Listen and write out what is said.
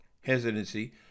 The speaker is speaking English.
hesitancy